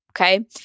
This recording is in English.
Okay